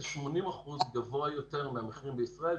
זה 80% גבוה יותר מהמחיר בישראל,